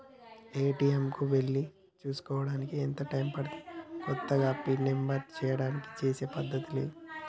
ATM కు వెళ్లి చేసుకోవడానికి ఎంత టైం పడుతది? కొత్తగా పిన్ నంబర్ చేయడానికి చేసే పద్ధతులు ఏవి?